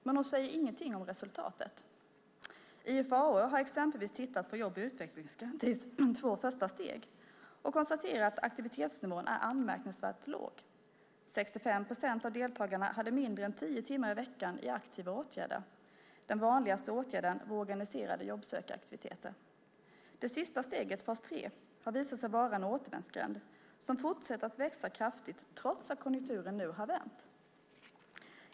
Men hon säger ingenting om resultatet. IFAU har exempelvis tittat på jobb och utvecklingsgarantins två första steg och konstaterat att aktivitetsnivån är anmärkningsvärt låg. 65 procent av deltagarna hade mindre än tio timmar i veckan i aktiva åtgärder. Den vanligaste åtgärden var organiserade jobbsökaraktiviteter. Det sista steget, fas 3, har visat sig vara en återvändsgränd som fortsätter att växa kraftigt trots att konjunkturen nu har vänt.